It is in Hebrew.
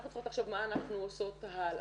אנחנו צריכות לחשוב מה אנחנו עושות הלאה.